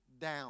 down